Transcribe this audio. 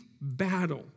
battle